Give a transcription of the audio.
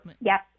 yes